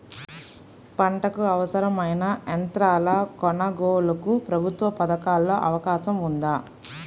పంటకు అవసరమైన యంత్రాల కొనగోలుకు ప్రభుత్వ పథకాలలో అవకాశం ఉందా?